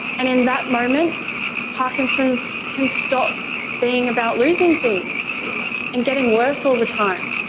and in that moment parkinson's can stop being about losing things and getting worse all the time.